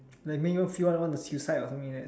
like make you feel want to suicide or something like that